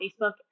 Facebook